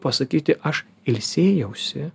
pasakyti aš ilsėjausi